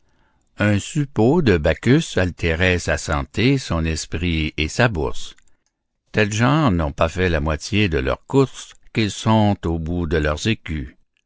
un suppôt de bacchus altérait sa santé son esprit et sa bourse telles gens n'ont pas fait la moitié de leur course qu'ils sont au bout de leurs écus